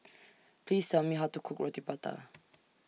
Please Tell Me How to Cook Roti Prata